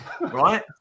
Right